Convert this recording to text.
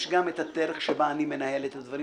יש גם את הדרך שבה אני מנהל את הדברים,